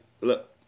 look